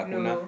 no